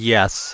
Yes